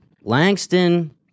Langston